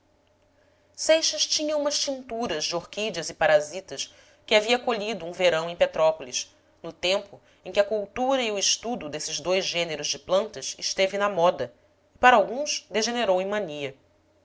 seixas tinha umas tinturas de orquídeas e parasitas que havia colhido um verão em petrópolis no tempo em que a cultura e o estudo desses dois gêneros de plantas esteve na moda e para alguns degenerou em mania